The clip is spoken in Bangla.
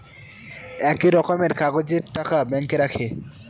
একই রকমের কাগজের টাকা ব্যাঙ্কে রাখে